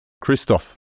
Christoph